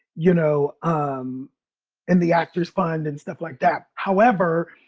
you know, um and the actors' fund and stuff like that. however,